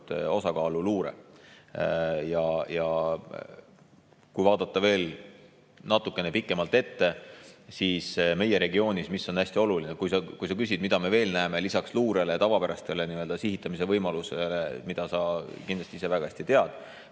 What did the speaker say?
osakaal luurel. Ja kui vaadata veel natukene pikemalt ette, siis meie regioonis, mis on hästi oluline? Kui sa küsid, mida me veel näeme lisaks luurele ja tavapärastele sihitamise võimalustele, mida sa kindlasti ise väga hästi tead,